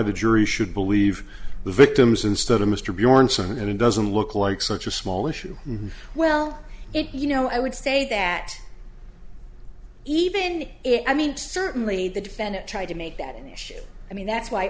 the jury should believe the victims instead of mr bjornson and it doesn't look like such a small issue well it you know i would say that even if i mean certainly the defendant tried to make that an issue i mean that's why